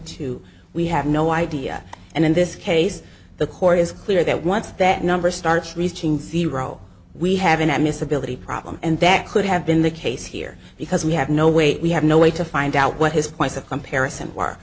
two we have no idea and in this case the court is clear that once that number starts reaching the ro we have an m usability problem and that could have been the case here because we have no way we have no way to find out what his points of comparison w